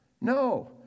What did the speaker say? No